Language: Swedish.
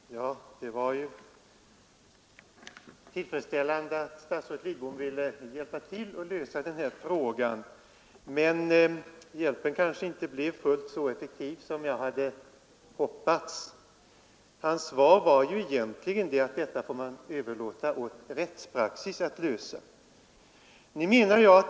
Herr talman! Det var ju tillfredsställande att statsrådet Lidbom ville hjälpa till med att lösa den här frågan. Men hjälpen kanske inte blev fullt så effektiv som jag hade hoppats. Hans svar var egentligen att detta får man överlåta åt rättspraxis att lösa.